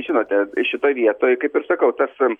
žinote šitoj vietoj kaip ir sakau tas